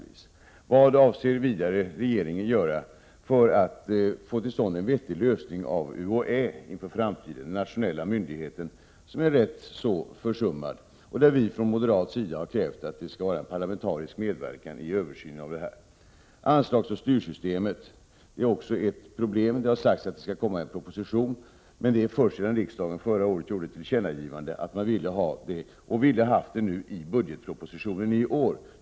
Vad avser vidare regeringen att göra för att få till stånd en vettig lösning av UHÄ inför framtiden — den nationella myndigheten är rätt så försummad. Från moderat sida har vi krävt att det skall vara parlamentarisk medverkan vid en översyn. Anslagsoch styrsystemet är också ett problem. Det har sagts att det skall komma en proposition, men det sker först sedan riksdagen förra året gjort ett tillkännagivande. Vi hade velat ha med detta i årets budgetproposition.